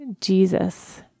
Jesus